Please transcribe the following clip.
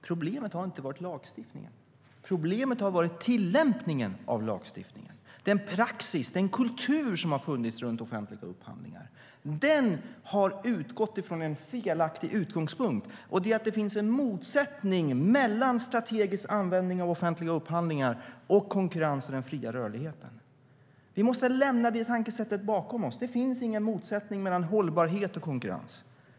Problemet har inte varit lagstiftningen. Problemet har varit tillämpningen av lagstiftningen, den praxis och kultur som har funnits runt offentliga upphandlingar. Den har utgått från en felaktig utgångspunkt. Det är att det finns en motsättning mellan strategisk användning av offentliga upphandlingar och konkurrens i den fria rörligheten. Vi måste lämna det tankesättet bakom oss. Det finns ingen motsättning mellan hållbarhet och konkurrens.